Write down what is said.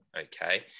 Okay